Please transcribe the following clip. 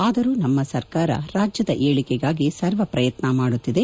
ಆದರೂ ನಮ್ಮ ಸರ್ಕಾರ ರಾಜ್ದದ ಏಳಿಗೆಗಾಗಿ ಸರ್ವ ಪ್ರಯತ್ನ ಮಾಡುತ್ತಿದೆ